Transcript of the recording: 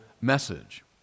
message